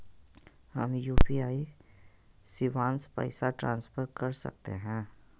हम यू.पी.आई शिवांश पैसा ट्रांसफर कर सकते हैं?